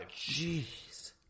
Jeez